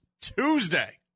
Tuesday